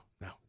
no